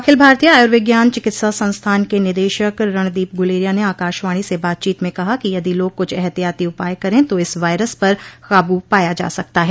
अखिल भारतीय आयुर्विज्ञान चिकित्सा संस्थान के निदेशक रणदीप गुलेरिया ने आकाशवाणी से बातचीत में कहा कि यदि लोग कुछ एहतियाती उपाय करें तो इस वायरस पर काबू पाया जा सकता है